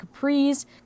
capris